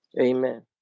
Amen